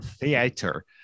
theater